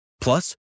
Plus